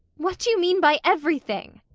what do you mean by everything?